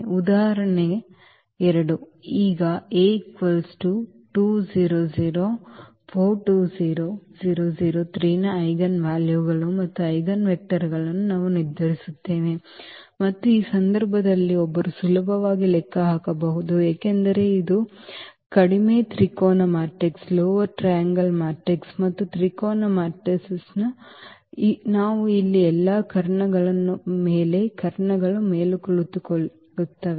ಈ ಉದಾಹರಣೆ 2 ಈ A ನ ಐಜೆನ್ವೆಲ್ಯೂಗಳು ಮತ್ತು ಐಜೆನ್ವೆಕ್ಟರ್ಗಳನ್ನು ನಾವು ನಿರ್ಧರಿಸುತ್ತೇವೆ ಮತ್ತು ಈ ಸಂದರ್ಭದಲ್ಲಿ ಒಬ್ಬರು ಸುಲಭವಾಗಿ ಲೆಕ್ಕ ಹಾಕಬಹುದು ಏಕೆಂದರೆ ಇದು ಕಡಿಮೆ ತ್ರಿಕೋನ ಮ್ಯಾಟ್ರಿಕ್ಸ್ ಮತ್ತು ತ್ರಿಕೋನ ಮ್ಯಾಟ್ರಿಸಸ್ ನಾವು ಇಲ್ಲಿ ಎಲ್ಲಾ ಕರ್ಣಗಳ ಮೇಲೆ ಕರ್ಣಗಳ ಮೇಲೆ ಕುಳಿತುಕೊಳ್ಳುತ್ತೇವೆ